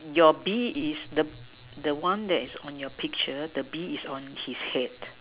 your bee is the the one that's on your picture the bee is on his head